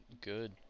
good